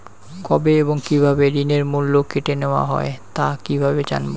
কবে এবং কিভাবে ঋণের মূল্য কেটে নেওয়া হয় তা কিভাবে জানবো?